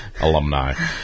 alumni